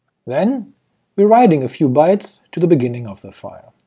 then we're writing a few bytes to the beginning of the file.